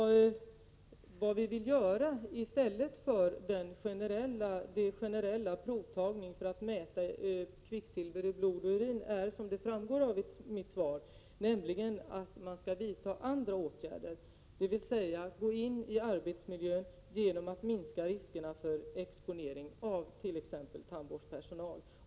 Vad vi vill göra, i stället för att ha en generell provtagning för att mäta kvicksilver i blod och urin, är — som framgår av mitt svar — att vidta andra åtgärder, dvs. gå in i arbetsmiljön genom att minska riskerna för exponering avt.ex. tandvårdspersonal.